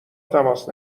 تماس